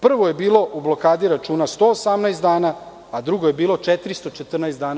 Prvo je bilo u blokadi računa 118 dana, a drugo je bilo 414 dana.